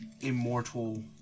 immortal